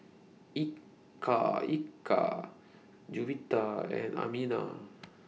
Eka Eka Juwita and Aminah